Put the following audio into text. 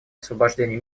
освобождения